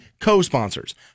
co-sponsors